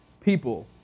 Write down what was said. people